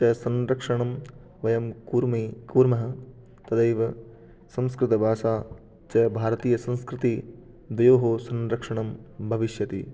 च संरक्षणं वयं कुर्मि कुर्मः तदैव संस्कृतभाषा च भारतीयसंस्कृतिः द्वयोः संरक्षणं भविष्यति